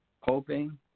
hoping